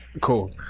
Cool